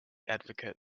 advocate